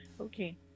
Okay